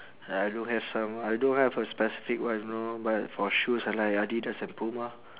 I don't have some I don't have a specific one know but for shoes I like adidas and puma